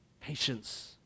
patience